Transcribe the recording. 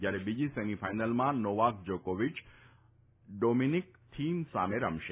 જ્યારે બીજી સેમીફાઈનલમાં નોવાક જાકોવીય ડોમીનીક થીઈમ સામે રમશે